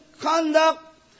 conduct